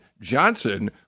Johnson